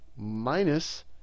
minus